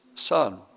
son